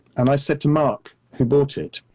and i said to mark, who bought it?